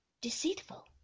Deceitful